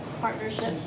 partnerships